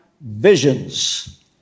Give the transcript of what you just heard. visions